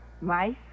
Mice